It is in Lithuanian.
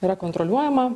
yra kontroliuojama